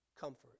comfort